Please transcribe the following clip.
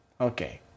Okay